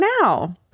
now